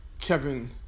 Kevin